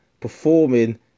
performing